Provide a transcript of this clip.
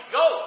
go